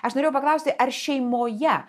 aš norėjau paklausti ar šeimoje